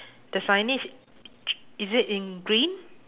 the signage is it in green